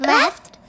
Left